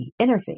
interface